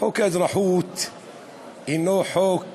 חוק האזרחות הנו חוק אנטי-דמוקרטי,